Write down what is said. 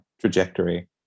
trajectory